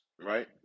right